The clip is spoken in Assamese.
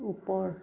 ওপৰ